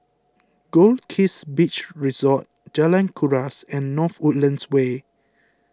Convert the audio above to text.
Goldkist Beach Resort Jalan Kuras and North Woodlands Way